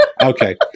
Okay